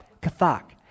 Kathak